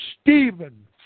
Stephen